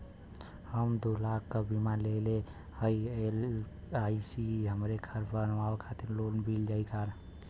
हम दूलाख क बीमा लेले हई एल.आई.सी से हमके घर बनवावे खातिर लोन मिल जाई कि ना?